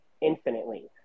infinitely